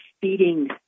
feeding